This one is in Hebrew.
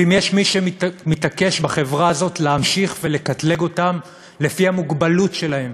ואם יש בחברה הזאת מישהו שמתעקש להמשיך לקטלג אותם לפי המוגבלות שלהם